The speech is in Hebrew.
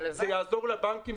זה יעזור לבנקים,